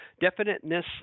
definiteness